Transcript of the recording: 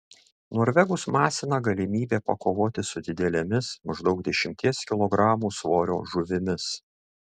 norvegus masina galimybė pakovoti su didelėmis maždaug dešimties kilogramų svorio žuvimis